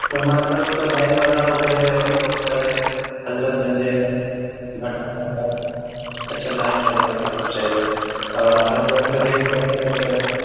تو ہمارے پاس تو لائن بازار وغیرہ ہے اور بھی بہت سارے ہے حضرت گنج ہے مسکن ہے اچھا لائن بازار کے طرف چاہیے اور ہر جگہ کا ریٹ بھی الگ الگ ہوتا ہے